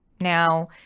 now